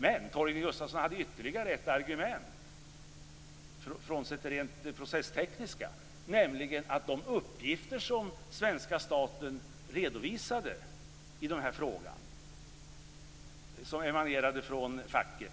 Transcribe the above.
Men Torgny Gustafsson hade ytterligare ett argument, frånsett det rent processtekniska, nämligen att de uppgifter som svenska staten redovisade i den här frågan och som emanerade från facket